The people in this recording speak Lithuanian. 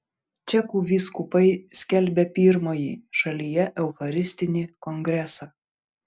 čekų vyskupai skelbia pirmąjį šalyje eucharistinį kongresą